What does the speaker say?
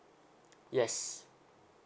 yes